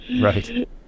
right